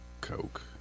Coke